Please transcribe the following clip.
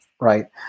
right